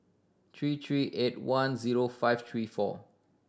three three eight one zero five three four